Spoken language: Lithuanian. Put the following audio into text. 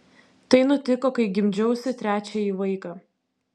tai nutiko kai gimdžiausi trečiąjį vaiką